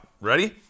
Ready